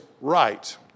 right